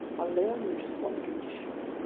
i'll lay on you just one condition.